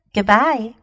Goodbye